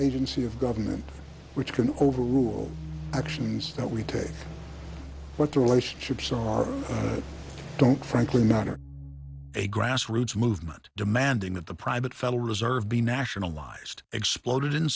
agency of government which can overrule actions that we take what the relationships are i don't frankly not or a grassroots movement demanding that the private federal reserve be nationalized exploded in